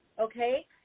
Okay